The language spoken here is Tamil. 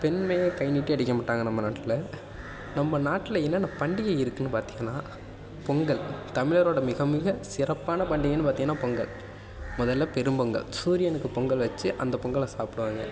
பெண்மையை கை நீட்டி அடிக்க மாட்டாங்க நம்ம நாட்டில் நம்ம நாட்டில் என்னென்ன பண்டிகை இருக்குன்னு பார்த்திங்கனா பொங்கல் தமிழரோட மிக மிக சிறப்பான பண்டிகைன்னு பார்த்திங்கனா பொங்கல் முதல்ல பெரும் பொங்கல் சூரியனுக்கு பொங்கல் வச்சு அந்த பொங்கலை சாப்பிடுவாங்க